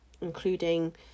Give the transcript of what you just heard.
including